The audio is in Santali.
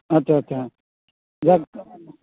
ᱟᱪᱪᱷᱟ ᱟᱪᱪᱷᱟ ᱡᱚᱸᱦᱟᱨᱜᱮ